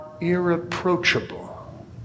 irreproachable